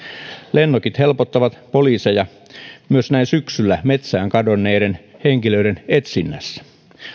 lennokit helpottavat poliiseja myös näin syksyllä metsään kadonneiden henkilöiden etsinnässä